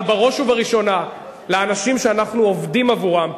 אבל בראש ובראשונה לאנשים שאנחנו עובדים עבורם,